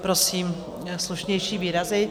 Prosím, slušnější výrazy.